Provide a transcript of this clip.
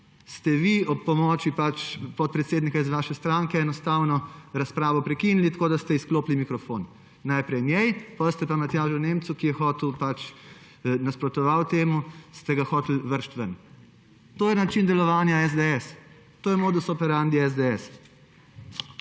ste vi ob pomoči podpredsednika iz vaše stranke enostavno razpravo prekinili, tako da ste izklopili mikrofon. Najprej njej, potem ste pa Matjaža Nemca, ki je nasprotoval temu, hoteli vreči ven. To je način delovanja SDS, to je modus operandi SDS.